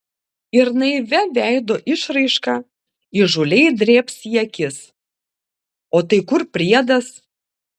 ir naivia veido išraiška įžūliai drėbs į akis o tai kur priedas